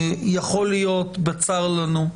יכול להיות, בצר לנו,